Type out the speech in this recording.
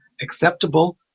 acceptable